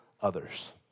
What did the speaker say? others